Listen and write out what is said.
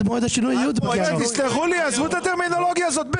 עזבו את הטרמינולוגיה הזאת.